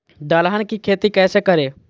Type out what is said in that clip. दलहन की खेती कैसे करें?